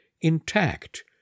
Intact